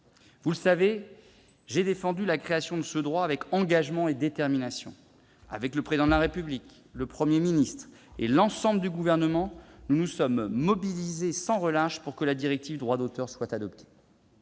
Vous le savez, j'ai défendu la création de ce droit avec engagement et détermination. Le Président de la République, le Premier ministre, l'ensemble du Gouvernement et moi-même nous sommes mobilisés sans relâche pour que la directive Droit d'auteur soit adoptée.